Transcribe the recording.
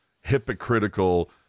hypocritical